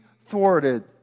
thwarted